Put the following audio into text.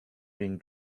being